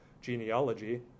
genealogy